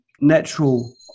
natural